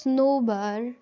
سُنوبَر